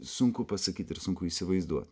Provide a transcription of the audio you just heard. sunku pasakyt ir sunku įsivaizduot